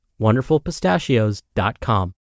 wonderfulpistachios.com